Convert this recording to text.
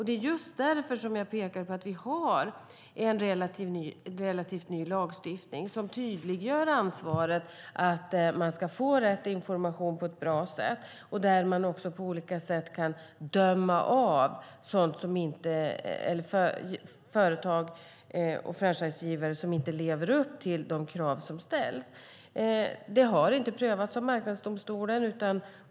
Det är just därför som jag pekar på att vi har en relativt ny lagstiftning som tydliggör ansvaret, att man ska få rätt information på ett bra sätt, och där man också på olika sätt kan döma av företag och franchisegivare som inte lever upp till de krav som ställs. Det har inte skett någon prövning i Marknadsdomstolen.